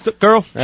girl